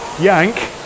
yank